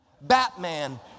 Batman